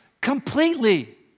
completely